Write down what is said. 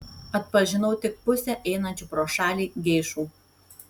atpažinau tik pusę einančių pro šalį geišų